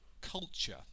culture